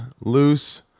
loose